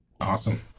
Awesome